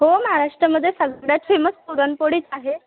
हो महाराष्ट्रामध्ये सगळ्यात फेमस पुरणपोळीच आहे